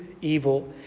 evil